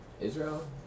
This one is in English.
Israel